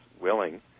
willing